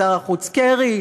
משר החוץ קרי?